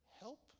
help